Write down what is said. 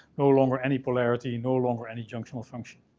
no longer any polarity, no longer any junctional function.